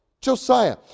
Josiah